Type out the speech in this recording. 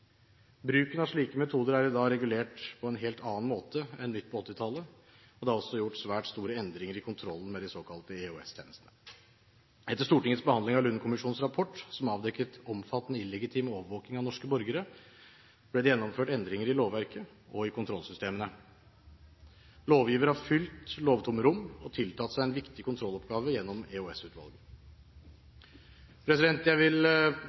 Bruken av slike metoder er i dag regulert på en helt annen måte enn midt på 1980-tallet, og det er også gjort svært store endringer i kontrollen med de såkalte EOS-tjenestene. Etter Stortingets behandling av Lund-kommisjonens rapport, som avdekket omfattende illegitim overvåking av norske borgere, ble det gjennomført endringer i lovverket og i kontrollsystemene. Lovgiver har fylt lovtomme rom og tiltatt seg en viktig kontrolloppgave gjennom EOS-utvalget. Jeg vil